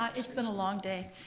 ah it's been a long day.